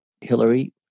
Hillary